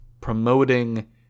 promoting